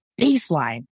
baseline